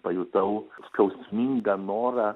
pajutau skausmingą norą